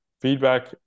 feedback